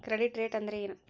Credit rate ಅಂದರೆ ಏನು?